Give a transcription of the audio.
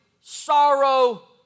sorrow